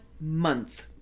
month